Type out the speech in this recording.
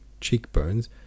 cheekbones